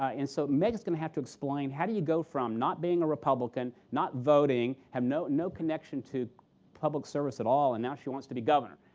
and so meg's going to have to explain, how do you go from not being a republican, not voting, have no no connection to public service at all, and now she wants to be governor.